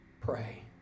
pray